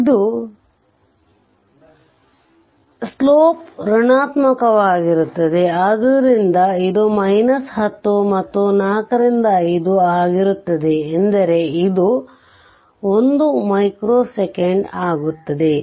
ಆದ್ದರಿಂದ ಇದು ಕರೆ ಇಳಿಜಾರು ಋಣಾತ್ಮಕವಾಗಿರುತ್ತದೆ ಆದ್ದರಿಂದ ಇದು 10 ಮತ್ತು 4 ರಿಂದ 5 ಆಗಿರುತ್ತದೆ ಎಂದರೆ ಇದು 1 ಮೈಕ್ರೋ ಸೆಕೆಂಡ್ ಆಗುತ್ತದೆ